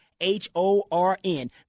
H-O-R-N